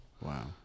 Wow